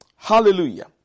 Hallelujah